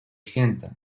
święta